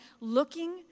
looking